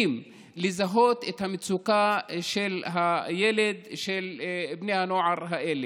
לזהות את המצוקה של בני הנוער האלה.